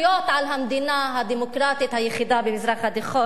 על המדינה הדמוקרטית היחידה במזרח התיכון?